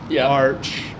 arch